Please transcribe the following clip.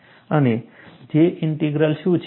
અને J integral શું છે